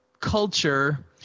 culture